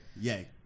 yay